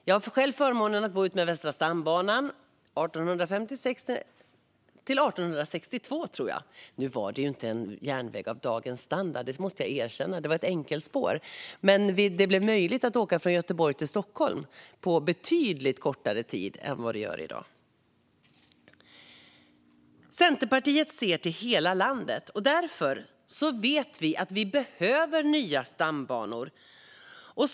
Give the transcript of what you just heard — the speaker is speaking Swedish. Jag har själv förmånen att bo utefter Västra stambanan. Den byggdes 1856-1862, tror jag. Nu var det inte en järnväg av dagens standard. Det måste jag erkänna. Det var enkelspår. Men det blev möjligt att åka från Göteborg till Stockholm på betydligt kortare tid än vad det gör i dag. Centerpartiet ser till hela landet. Därför vet vi att vi behöver nya stambanor.